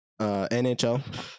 NHL